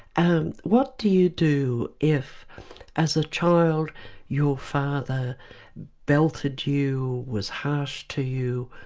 um what do you do if as a child your father belted you, was harsh to you,